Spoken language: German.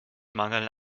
mangel